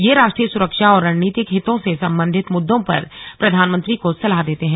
ये राष्ट्रीय सुरक्षा और रणनीतिक हितों से संबंधित मुद्दों पर प्रधानमंत्री को सलाह देते हैं